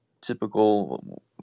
Typical